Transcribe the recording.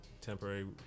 temporary